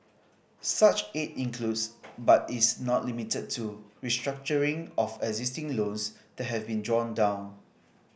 such aid includes but is not limited to restructuring of existing loans that have been drawn down